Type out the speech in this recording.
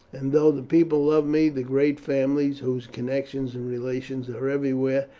and though the people love me, the great families, whose connections and relations are everywhere,